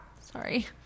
sorry